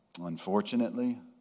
Unfortunately